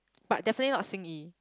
but definitely not Xin-Yi